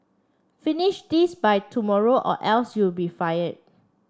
finish this by tomorrow or else you'll be fired